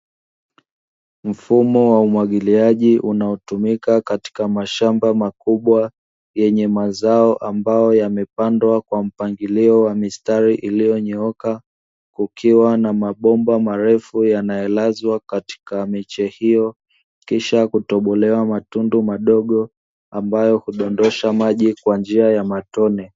Mfumo wa umwagiliaji unaotumika katika mashamba makubwa, yenye mazao ambayo yamepandwa kwa mpangilio wa mistari iliyonyooka, kukiwa na mabomba marefu yanayolazwa katika miche hiyo, kisha kutobolewa matundu madogo ambayo hudondosha maji kwa njia ya matone.